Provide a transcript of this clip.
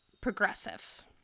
progressive